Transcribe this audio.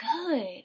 good